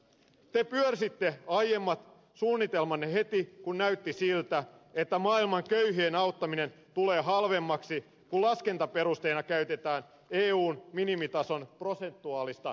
te pyörsitte aiemmat suunnitelmanne heti kun näytti siltä että maailman köyhien auttaminen tulee halvemmaksi kun laskentaperusteena käytetään eun minimitason prosentuaalista välitavoitetta